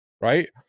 right